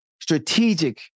strategic